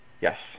Yes